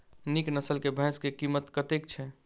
नीक नस्ल केँ भैंस केँ कीमत कतेक छै?